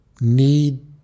need